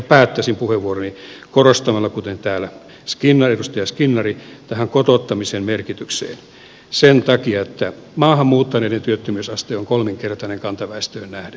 päättäisin puheenvuoroni korostamalla kuten edustaja skinnari kotouttamisen merkitystä sen takia että maahanmuuttajien työttömyysaste on kolminkertainen kantaväestöön nähden